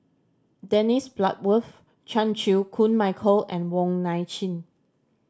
Dennis Bloodworth Chan Chew Koon Michael and Wong Nai Chin